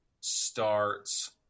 starts